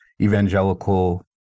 evangelical